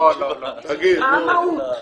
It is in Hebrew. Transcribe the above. מה המהות?